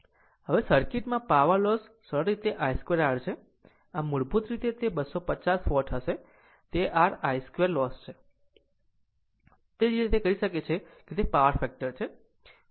હવે સર્કિટમાં power loss સરળ રીતે I 2 R છે આમ મૂળભૂત રીતે તે 250 વોટ હશે r I 2 લોસ છે તે જ રીતે તે તે કરી શકે છે કે પાવર ફેક્ટર છે